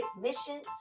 mission